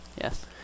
Yes